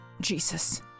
Jesus